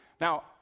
Now